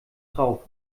drauf